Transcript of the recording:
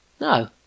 No